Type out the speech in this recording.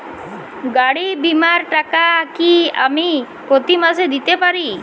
গাড়ী বীমার টাকা কি আমি প্রতি মাসে দিতে পারি?